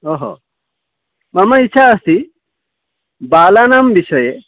ओ हो मम इच्छा अस्ति बालानां विषये